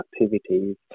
activities